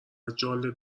جالب